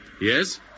Yes